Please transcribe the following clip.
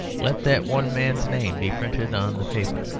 let that one man's name be printed on the paper,